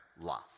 love